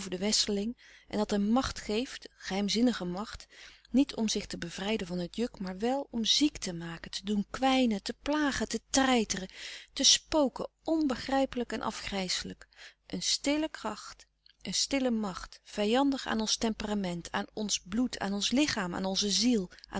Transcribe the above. den westerling en dat hem macht geeft geheimzinnige macht niet om zich te bevrijden louis couperus de stille kracht van het juk maar wel om ziek te maken te doen kwijnen te plagen te treiteren te spoken onbegrijpelijk en afgrijselijk een stille kracht een stille macht vijandig aan ons temperament aan ons bloed aan ons lichaam aan onze ziel